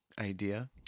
idea